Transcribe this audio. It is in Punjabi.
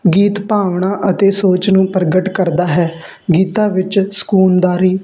ਗੀਤ ਭਾਵਨਾ ਅਤੇ ਸੋਚ ਨੂੰ ਪ੍ਰਗਟ ਕਰਦਾ ਹੈ ਗੀਤਾ ਵਿੱਚ ਸਕੂਨਦਾਰੀ